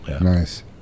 Nice